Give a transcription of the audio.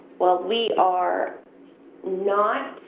well, we are not